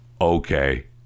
Okay